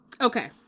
okay